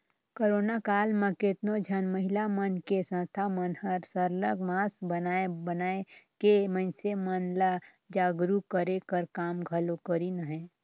corona काल म केतनो झन महिला मन के संस्था मन हर सरलग मास्क बनाए बनाए के मइनसे मन ल जागरूक करे कर काम घलो करिन अहें